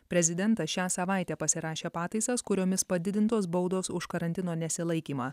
prezidentas šią savaitę pasirašė pataisas kuriomis padidintos baudos už karantino nesilaikymą